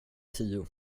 tio